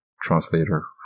translator